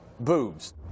Boobs